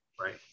Right